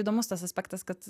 įdomus tas aspektas kad